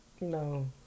No